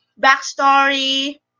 backstory